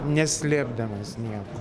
neslėpdamas nieko